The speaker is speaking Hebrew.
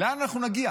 לאן אנחנו נגיע?